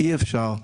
אי אפשר,